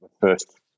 first